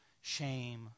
shame